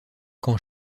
quand